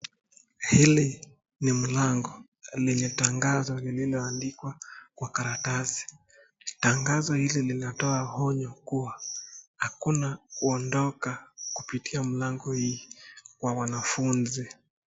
Hili ni mlango, lina tangazo lililo andikwa kwa karatasi. Tangazo ile linatoa onyo kuwa hakuna kuondoka kupitia mlango hii, kwa wanafunzi.